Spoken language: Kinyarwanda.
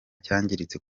cyangiritse